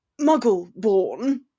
Muggle-born